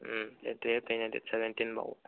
ꯎꯝ date ꯇꯨꯌꯦꯞꯇꯩꯅ date ꯁꯕꯦꯟꯇꯤꯟ ꯐꯥꯎꯕ